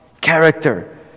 character